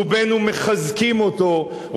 רובנו מחזקים אותו,